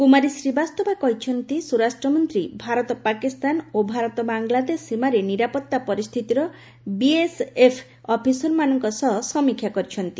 କୁମାରୀ ଶ୍ରୀବାସ୍ତବା କହିଛନ୍ତି ସ୍ୱରାଷ୍ଟ୍ର ମନ୍ତ୍ରୀ ଭାରତ ପାକିସ୍ତାନ ଓ ଭାରତ ବାଂଲାଦେଶ ସୀମାରେ ନିରାପତ୍ତା ପରିସ୍ଥିତିର ବିଏସ୍ଏଫ୍ ଅଫିସରମାନଙ୍କ ସହ ସମୀକ୍ଷା କରିଛନ୍ତି